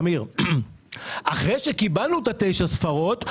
אחרי שקיבלנו את תשע הספרות,